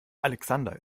alexander